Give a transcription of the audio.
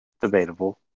Debatable